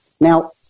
Now